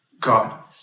God